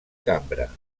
cambra